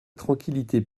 tranquillité